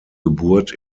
geburt